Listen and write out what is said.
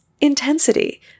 intensity